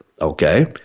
Okay